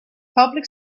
public